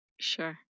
sure